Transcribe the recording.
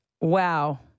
Wow